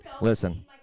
listen